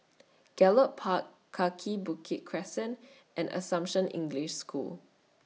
Gallop Park Kaki Bukit Crescent and Assumption English School